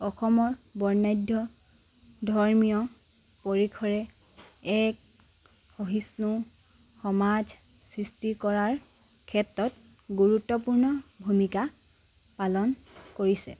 অসমৰ বৰ্ণাধ্য ধৰ্মীয় পৰিসৰে এক সহিষ্ণু সমাজ সৃষ্টি কৰাৰ ক্ষেত্ৰত গুৰুত্বপূৰ্ণ ভূমিকা পালন কৰিছে